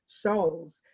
shows